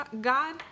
god